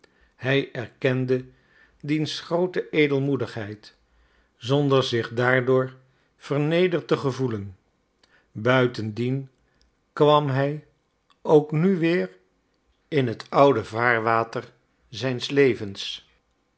hij erkende diens groote edelmoedigheid zonder zich daardoor vernederd te gevoelen buitendien kwam hij ook nu weer in het oude vaarvater zijns levens